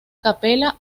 capella